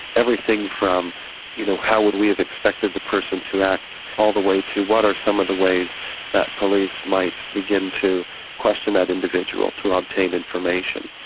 everything from you know how would we expect and the person to act all the way to what are some of the ways that police might begin to question that individual to ah obtain information.